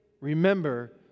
remember